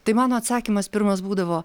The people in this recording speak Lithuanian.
tai mano atsakymas pirmas būdavo